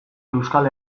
euskal